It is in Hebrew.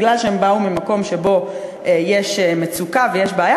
משום שהם באו ממקום שבו יש מצוקה ויש בעיה,